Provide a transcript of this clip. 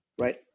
Right